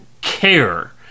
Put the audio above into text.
care